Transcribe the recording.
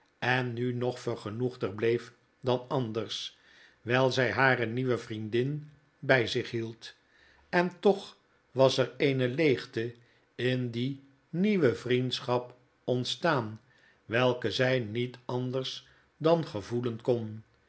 en nu nog vergenoegder bleef dan anders wjjl zq hare nieuwe vriendin bjj zich hield en toch was er eene leegte in die nieuwe vriendschap ontstaan welke zij niet anders dan gevoelen kon